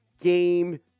Game